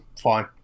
fine